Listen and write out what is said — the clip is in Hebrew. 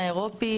האירופי.